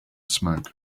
smoke